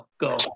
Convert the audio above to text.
Go